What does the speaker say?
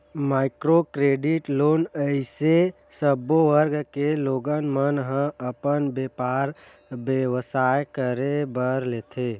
micro credit loan अइसे सब्बो वर्ग के लोगन मन ह अपन बेपार बेवसाय करे बर लेथे